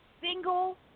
single